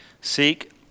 seek